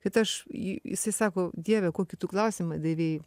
kad aš ji jisai sako dieve kokį tu klausimą davei